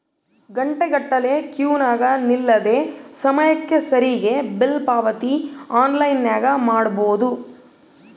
ಘಂಟೆಗಟ್ಟಲೆ ಕ್ಯೂನಗ ನಿಲ್ಲದೆ ಸಮಯಕ್ಕೆ ಸರಿಗಿ ಬಿಲ್ ಪಾವತಿ ಆನ್ಲೈನ್ನಾಗ ಮಾಡಬೊದು